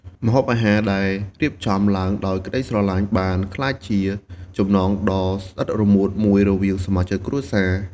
ម្ហូបអាហារដែលរៀបចំឡើងដោយក្ដីស្រឡាញ់ បានក្លាយជាចំណងដ៏ស្អិតរមួតមួយរវាងសមាជិកគ្រួសារ។